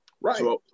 Right